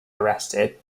arrested